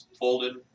folded